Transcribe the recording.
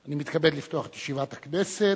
ירושלים, הכנסת,